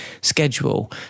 schedule